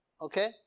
Okay